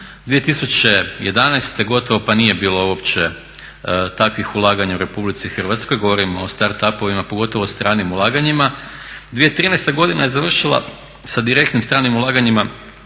2011.gotovo pa nije bilo uopće takvih ulaganja u RH, govorim o start up-ovima pogotovo o stranim ulaganjima. 2013.godina je završila sa direktnim stranim ulaganjima